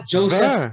Joseph